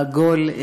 העגול,